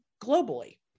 globally